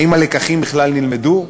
האם הלקחים בכלל נלמדו?